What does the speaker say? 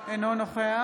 אינו נוכח